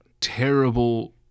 terrible